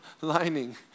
lining